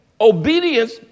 obedience